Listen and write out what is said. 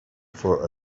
for